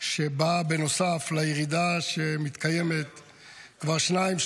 שבאה בנוסף לירידה שמתקיימת כבר שניים,